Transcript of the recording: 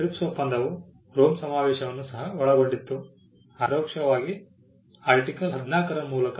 TRIPS ಒಪ್ಪಂದವು Rome ಸಮಾವೇಶವನ್ನು ಸಹ ಒಳಗೊಂಡಿತ್ತು ಆದರೆ ಪರೋಕ್ಷವಾಗಿ ಆರ್ಟಿಕಲ್ 14 ರ ಮೂಲಕ